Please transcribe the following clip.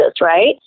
right